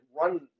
run